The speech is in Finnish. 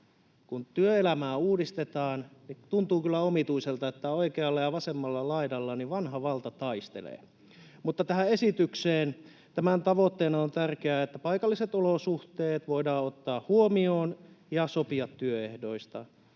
Kun työelämää uudistetaan, tuntuu kyllä omituiselta, että oikealla ja vasemmalla laidalla vanha valta taistelee. Mutta tähän esitykseen: Tämän tavoitteena on tärkeää, että paikalliset olosuhteet voidaan ottaa huomioon ja sopia työehdoista,